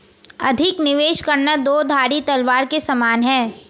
अधिक निवेश करना दो धारी तलवार के समान है